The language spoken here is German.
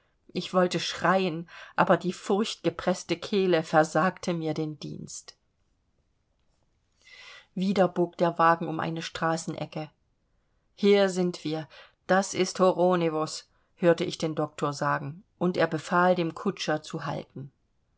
ich wollte schreien aber die furchtgepreßte kehle versagte mir den dienst wieder bog der wagen um eine straßenecke hier sind wir das ist horonewos hörte ich den doktor sagen und er befahl dem kutscher zu halten